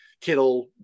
Kittle